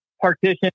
partition